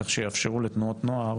כך שיאפשרו לתנועות נוער